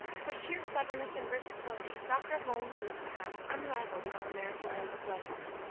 for sheer cleverness and versatility dr. holmes is, perhaps, unrivaled among american men of letters.